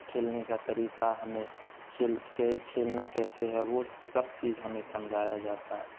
کھیلنے کا طریقہ ہمیں کھیل کے کھیلنا کیسے ہے وہ سب چیز ہمیں سمجھایا جاتا ہے